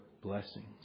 blessings